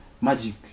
Magic